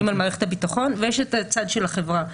על מערכת הביטחון ויש את הצד של החברה.